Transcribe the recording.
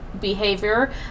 behavior